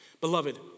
Beloved